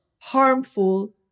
harmful